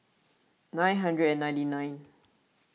nine hundred and ninety nine